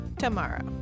Tomorrow